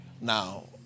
Now